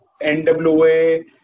NWA